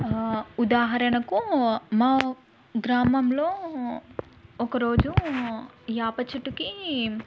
ఉదాహరణకు మా గ్రామంలో ఒకరోజు వేప చెట్టుకి